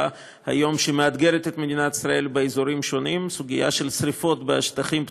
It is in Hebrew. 3. האם מתוכננים גם דיגומים סביבתיים קבועים באזור באופן קבוע?